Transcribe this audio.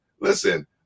listen